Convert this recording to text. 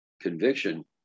conviction